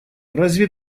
разве